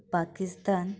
Pakistan